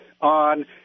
on